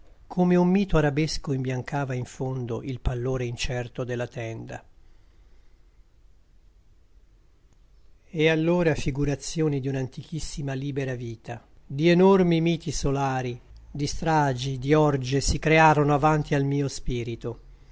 come un mito arabesco imbiancava in fondo il pallore incerto della tenda canti orfici dino campana e allora figurazioni di un'antichissima libera vita di enormi miti solari di stragi di orge si crearono avanti al mio spirito